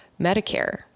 Medicare